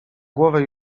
głowę